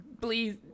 Please